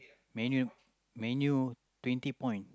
Man-U Man-U twenty point